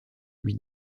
lui